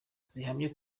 zihamye